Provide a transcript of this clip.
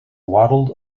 waddled